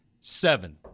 Seven